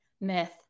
myth